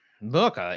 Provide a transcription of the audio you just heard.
look